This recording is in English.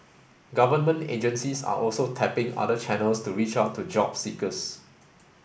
government agencies are also tapping other channels to reach out to job seekers